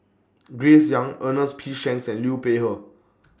Grace Young Ernest P Shanks and Liu Peihe